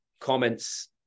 comments